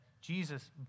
Jesus